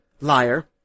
liar